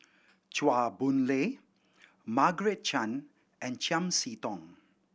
Chua Boon Lay Margaret Chan and Chiam See Tong